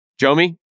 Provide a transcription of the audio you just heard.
Jomi